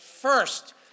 first